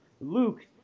Luke